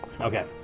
Okay